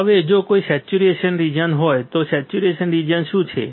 હવે જો કોઈ સેચ્યુરેશન રીજીયન હોય તો સેચ્યુરેશન રીજીયન શું છે